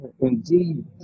Indeed